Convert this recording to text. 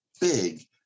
big